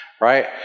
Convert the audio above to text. right